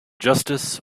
justice